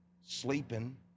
sleeping